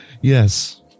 Yes